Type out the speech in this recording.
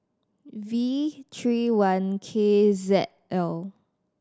V three one K Z L